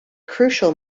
crucial